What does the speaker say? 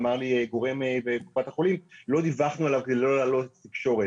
אמר לי גורם בקופת החולים: לא דיווחנו עליו כדי לא להלאות את התקשורת.